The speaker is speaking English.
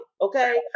Okay